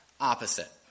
opposite